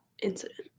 incident